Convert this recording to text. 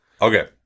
okay